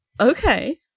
Okay